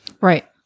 Right